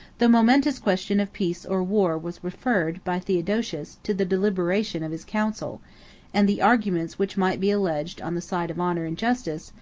the momentous question of peace or war was referred, by theodosius, to the deliberation of his council and the arguments which might be alleged on the side of honor and justice,